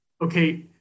Okay